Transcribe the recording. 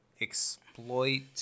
exploit